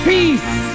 Peace